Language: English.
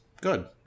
good